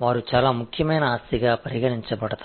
மிக முக்கியமான சொத்து